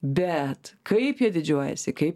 bet kaip jie didžiuojasi kaip